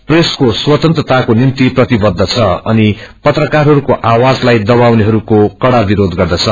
प्रेसको स्वतन्त्रताको निग्ति प्रतिबद्ध छ अनि पकारहरूको आवाजलाई दबाउनेछरूको कड़ा विरोध गर्दछ